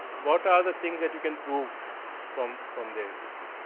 what are the things that you can proved from from their essentially.